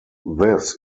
this